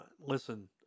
Listen